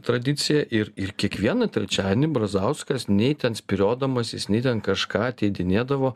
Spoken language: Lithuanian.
tradiciją ir ir kiekvieną trečiadienį brazauskas nei ten spyriodamasis nei ten kažką ateidinėdavo